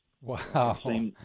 Wow